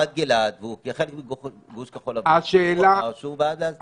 הוא ביקר בחוות גלעד והוא התייחס לגוש כחול לבן ואמר שהוא בעד להסדיר.